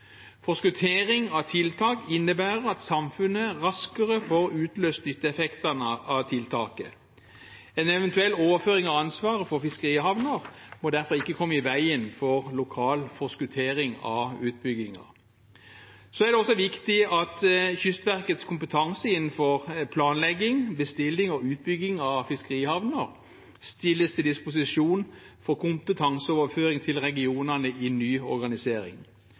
Forskuttering av tiltak innebærer at samfunnet raskere får utløst nytteeffektene av tiltaket. En eventuell overføring av ansvaret for fiskerihavner må derfor ikke komme i veien for lokal forskuttering av utbygginger. Det er også viktig at Kystverkets kompetanse innenfor planlegging, bestilling og utbygging av fiskerihavner stilles til disposisjon for kompetanseoverføring til regionene i en ny organisering.